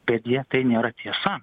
bet deja tai nėra tiesa